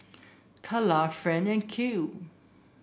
Calla Friend and Kale